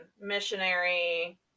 Missionary